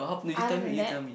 other than that